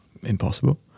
impossible